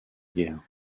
guerre